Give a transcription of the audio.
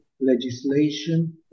legislation